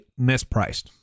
mispriced